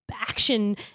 action